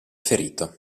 ferito